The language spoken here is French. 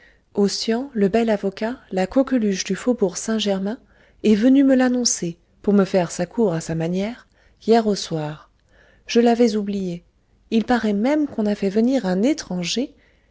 ossian le bel avocat la coqueluche du faubourg saint-germain est venu me l'annoncer pour me faire sa cour à sa manière hier au soir je l'avais oublié il paraît même qu'on a fait venir un étranger